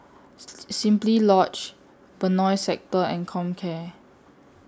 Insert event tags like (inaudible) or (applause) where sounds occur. (noise) Simply Lodge Benoi Sector and Comcare